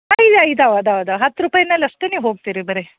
ಹಾಂ ಇದೆ ಇದಾವೆ ಅದಾವೆ ಅದ ಹತ್ತು ರೂಪಾಯ್ನಲ್ಲಿ ಅಷ್ಟೇ ನೀವು ಹೋಗ್ತೀರಿ ಬರಿ